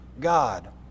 God